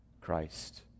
Christ